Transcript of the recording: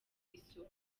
isoko